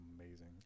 amazing